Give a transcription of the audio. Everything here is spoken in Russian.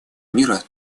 мира